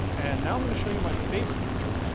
and now i'm going to show you my favorite feature.